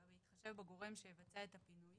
בהתחשב בגורם שיבצע את הפינוי